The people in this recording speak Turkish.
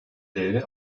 değeri